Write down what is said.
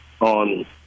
on